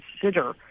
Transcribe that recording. consider